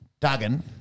Duggan